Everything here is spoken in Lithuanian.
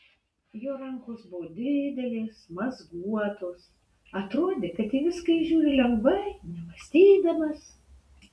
jo rankos buvo didelės mazguotos atrodė kad į viską jis žiūri lengvai nemąstydamas